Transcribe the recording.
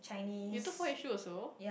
you took four H-two also